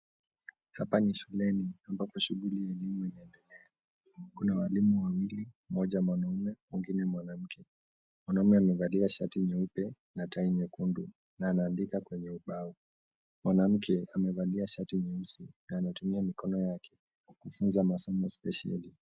Hapa ni shuleni ambapo shughuli ya elimu inaednelea. Kuna walimu wawili, mmoja mwanaume mwingine mwanamke. Mwanaume amevalia shati nyeupe na tai nyekudu na anaandika kwenye ubao. Mwanamke amevalia shati nyeusi na anatumia mikono yake kufunza masomo spesheli.